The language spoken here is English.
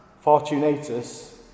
Fortunatus